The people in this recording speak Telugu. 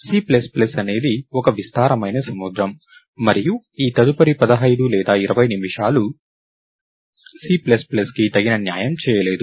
C ప్లస్ ప్లస్ అనేది ఒక విస్తారమైన సముద్రం మరియు ఈ తదుపరి 15 లేదా 20 నిమిషాలు C ప్లస్ ప్లస్కు తగిన న్యాయం చేయలేదు